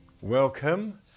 Welcome